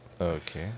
Okay